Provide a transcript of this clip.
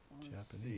Japanese